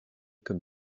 comme